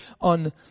on